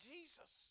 Jesus